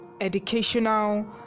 educational